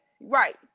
right